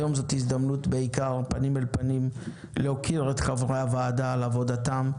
היום זו הזדמנות פנים אל פנים להוקיר את חברי הוועדה על עבודתם,